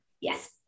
Yes